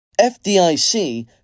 FDIC